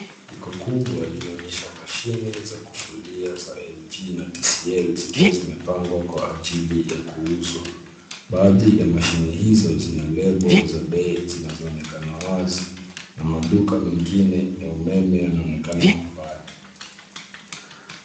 Duka kubwa linaonyesha mashine za kufulia za LG na TCL zikiwa zimepangwa kwa ajili ya kuuzwa. Baadhi ya mashine hizo zina lebo za bei zinazoonekana wazi na maduka mengine ya umeme yanaonekana kwa umbali.